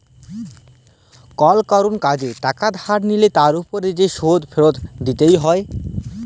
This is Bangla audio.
কল কারুর কাজে টাকা ধার লিলে তার উপর যে শোধ ফিরত দিতে হ্যয়